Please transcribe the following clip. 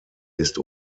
ist